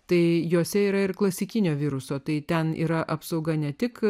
tai jose yra ir klasikinio viruso tai ten yra apsauga ne tik